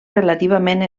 relativament